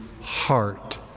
heart